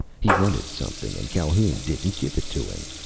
he wanted something and calhoun didn't give it to him.